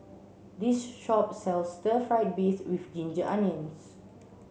this shop sells stir fried beefs with ginger onions